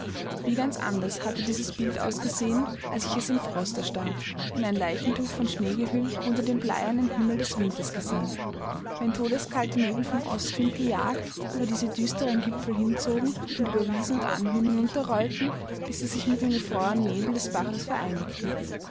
wie ganz anders hatte dieses bild ausgesehen als ich es in frost erstarrt in ein leichentuch von schnee gehüllt unter dem bleiernen himmel des winters gesehen wenn todeskalte nebel vom ostwind gejagt über diese düsteren gipfel hinzogen und über wiesen und anhöhen hinunterrollten bis sie sich mit dem gefrorenen nebel des baches vereinigten